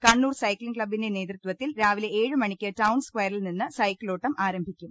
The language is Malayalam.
കാനനൂർ സൈക്സിംഗ് ക്ലബിന്റെ നേതൃത്വത്തിൽ രാവിലെ ഏഴു മണിക്ക് ടൌൺ സ്ക്യറിൽ നിന്ന് സൈക്കിളോട്ടം ആരംഭിക്കും